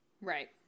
Right